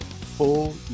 full